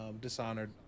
Dishonored